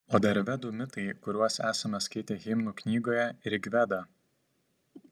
o dar vedų mitai kuriuos esame skaitę himnų knygoje rigveda